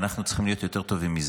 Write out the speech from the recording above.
אנחנו צריכים להיות יותר טובים מזה,